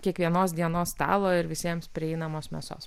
kiekvienos dienos stalo ir visiems prieinamos mėsos